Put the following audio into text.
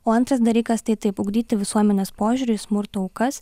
o antras dalykas tai taip ugdyti visuomenės požiūrį į smurto aukas